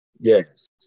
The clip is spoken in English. Yes